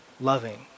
loving